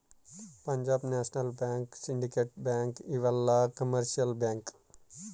Punjab national bank syndicate bank ಇವೆಲ್ಲ commercial bank